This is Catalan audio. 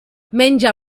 menja